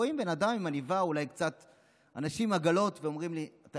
רואים בן אדם עם עניבה ואומרים לי: אתה